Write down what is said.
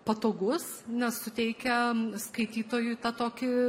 patogus nes suteikia skaitytojui tą tokį